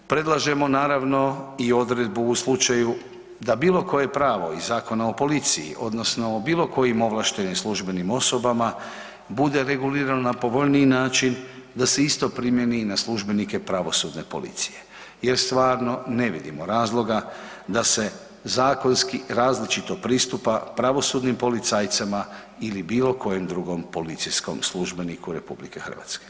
Predlažemo naravno i odredbu u slučaju da bilo koje pravo iz Zakona o policiji odnosno o bilo kojim ovlaštenim službenim osobama bude regulirano na povoljniji način da se isto primjeni i na službenike pravosudne policije jer stvarno ne vidimo razloga da se zakonski različito pristupa pravosudnim policajcima ili bilo kojem drugom policijskom službeniku Republike Hrvatske.